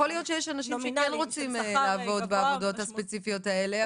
יכול להיות שיש אנשים שכן רוצים לעבוד בעבודות הספציפיות האלה,